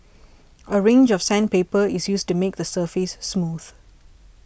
a range of sandpaper is used to make the surface smooth